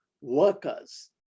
workers